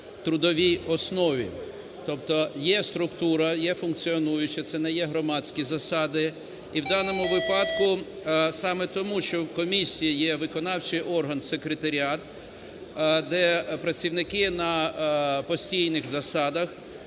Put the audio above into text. трудовій основі. Тобто є структура, є функціонуюча, це не є громадські засади. І в даному випадку саме тому, що в комісії є виконавчий орган – секретаріат, де працівники на постійних засадах,